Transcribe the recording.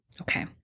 Okay